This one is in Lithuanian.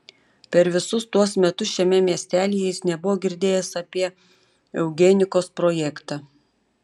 per visus tuos metus šiame miestelyje jis nebuvo girdėjęs apie eugenikos projektą